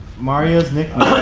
mario's nickname.